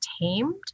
tamed